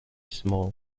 small